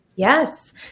Yes